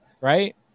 right